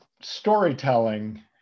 storytelling